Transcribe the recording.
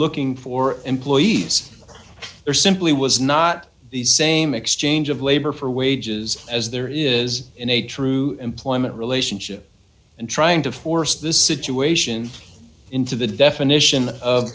looking for employees there simply was not the same exchange of labor for wages as there is in a true employment relationship and trying to force this situation into the definition of